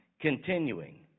Continuing